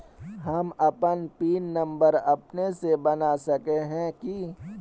हम अपन pin number अपने से बना सके है की?